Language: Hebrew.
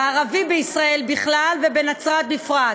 הערבי בישראל בכלל ובנצרת בפרט.